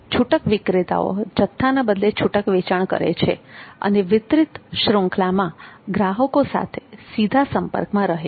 છુટક વિક્રેતાઓ જથ્થાના બદલે છૂટક વેચાણ કરે છે અને વિતરણ શૃંખલામાં ગ્રાહકો સાથે સીધા સંપર્કમાં રહે છે